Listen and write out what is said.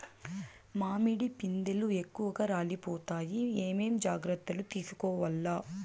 మామిడి పిందెలు ఎక్కువగా రాలిపోతాయి ఏమేం జాగ్రత్తలు తీసుకోవల్ల?